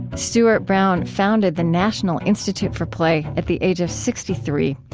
stuart brown founded the national institute for play at the age of sixty three,